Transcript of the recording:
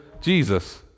Jesus